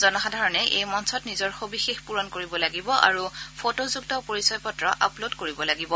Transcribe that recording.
জনসাধাৰণে এই মঞ্চত নিজৰ সবিশেষ পূৰণ কৰিব লাগিব আৰু ফটোযুক্ত পৰিচয়পত্ৰ আপলোড কৰিব লাগিব